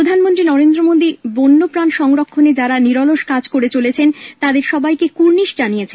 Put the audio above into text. প্রধানমন্ত্রী নরেন্দ্র মোদী বন্যপ্রাণ সংরক্ষণে যারা নিরলস কাজ করে চলেছেন তাদের সবাইকে কুর্ণিশ জানিয়েছেন